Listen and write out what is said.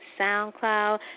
SoundCloud